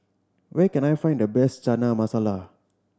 where can I find the best Chana Masala